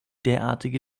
derartige